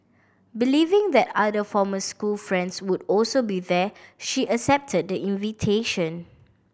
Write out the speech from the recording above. believing that other former school friends would also be there she accepted the invitation